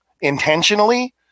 intentionally –